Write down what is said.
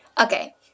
Okay